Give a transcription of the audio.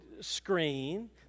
screen